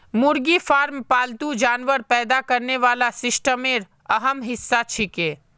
मुर्गी फार्म पालतू जानवर पैदा करने वाला सिस्टमेर अहम हिस्सा छिके